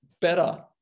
better